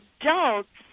adults